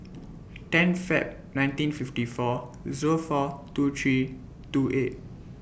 ten Feb nineteen fifty four Zero four two three two eight